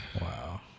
Wow